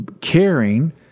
caring